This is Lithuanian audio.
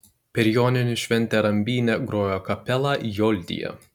per joninių šventę rambyne grojo kapela joldija